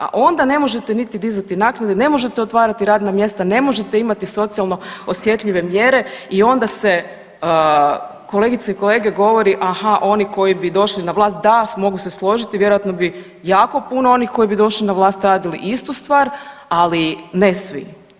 A onda ne možete niti dizati naknade, ne možete otvarati radna mjesta, ne možete imati socijalno osjetljive mjere i onda se, kolegice i kolege govori, aha, oni koji bi došli na vlast, da, mogu se složiti, vjerojatno bi jako puno onih koji bi došli na vlast radili istu stvar, ali ne svi.